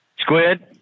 Squid